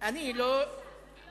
אני לא הייתי